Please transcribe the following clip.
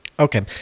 Okay